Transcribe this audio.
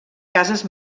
cases